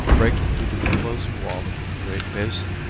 breaking through the enclosing wall of the great basin,